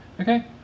Okay